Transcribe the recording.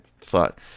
thought